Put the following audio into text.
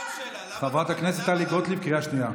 חברת הכנסת טלי גוטליב, קריאה שנייה.